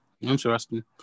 Interesting